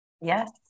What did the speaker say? Yes